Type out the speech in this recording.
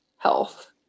health